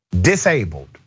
disabled